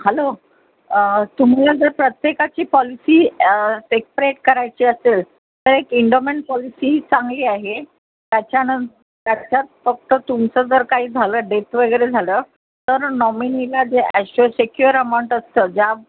hello तुम्हाला जर प्रत्येकाची पॉलिसी सेप्रेट करायची असेल तर एक इंडोमेन्ट पॉलिसी चांगली आहे त्याच्यानं त्याच्यात फक्त तुमचं जर काही झालं डेथ वगैरे झालं तर नॉमिनीला जे ॲशुअर सेक्युअर अमाऊंट असतं ज्या